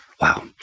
Wow